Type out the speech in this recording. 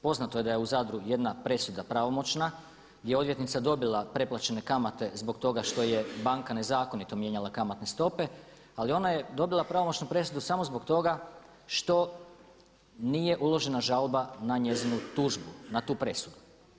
Poznato je da je u Zadru jedna presuda pravomoćna gdje je odvjetnica dobila preplaćene kamate zbog toga što je banka nezakonito mijenjala kamatne stope, ali ona je dobila pravomoćnu presudu samo zbog toga što nije uložena žalba na njezinu tužbu na tu presudu.